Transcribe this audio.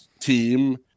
Team